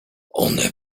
one